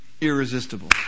irresistible